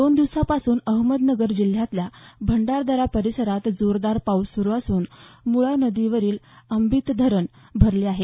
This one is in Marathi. दोन दिवसांपासून अहमदनगर जिल्ह्यातल्या भंडारदरा परिसरात जोरदार पाऊस सुरू असून मुळा नदीवरील आंबित धरण भरले आहे